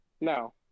No